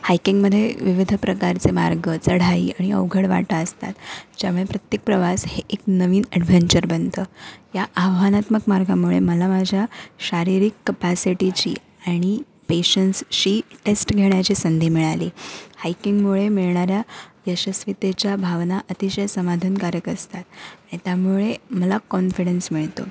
हायकिंगमध्ये विविध प्रकारचे मार्ग चढाई आणि अवघड वाटा असतात ज्यामुळे प्रत्येक प्रवास हे एक नवीन ॲडव्हेंचर बनतं या आव्हानात्मक मार्गामुळे मला माझ्या शारीरिक कपॅसिटीची आणि पेशन्सची टेस्ट घेण्याची संधी मिळाली हायकिंगमुळे मिळणाऱ्या यशस्वितेच्या भावना अतिशय समाधानकारक असतात आणि त्यामुळे मला कॉन्फिडन्स मिळतो